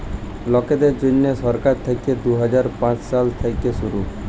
লকদের জ্যনহে সরকার থ্যাইকে দু হাজার পাঁচ সাল থ্যাইকে শুরু